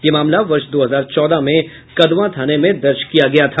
यह मामला वर्ष दो हजार चौदह में कदवा थाने में दर्ज किया गया था